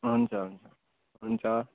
हुन्छ हुन्छ हुन्छ